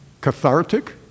Cathartic